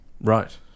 right